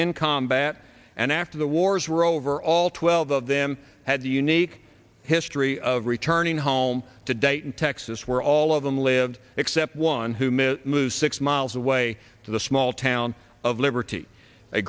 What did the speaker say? in combat and after the wars were over all twelve of them had the unique history of returning home to dayton texas where all of them lived except one whom is moved six miles away to the small town of liberty a